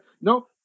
No